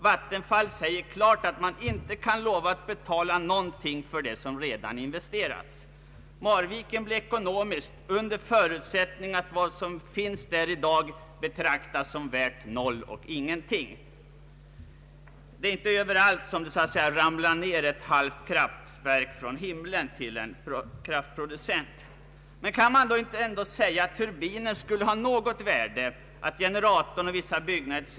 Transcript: Vattenfall säger klart att verket inte kan lova att betala någonting för det som redan investerats. Marviken kan bli ekonomiskt lönande under förutsättning att vad som i dag finns där betraktas som värt noll och ingenting. Det är inte överallt som det så att säga ramlar ner ett halvt kraft Kan man ändå inte säga att turbinen skulle kunna ha något värde, att generatorn, vissa byggnader etc.